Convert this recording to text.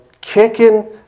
kicking